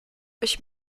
ich